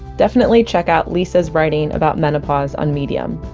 definitely check out lisa's writing about menopause on medium.